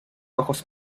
ojos